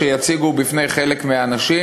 שיציגו בפני חלק מהאנשים,